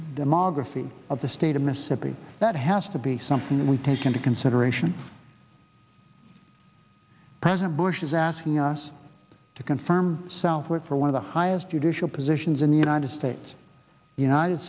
demography of the state of mississippi that has to be something we take into consideration president bush is asking us to confirm southwick for one of the highest judicial positions in the united states the united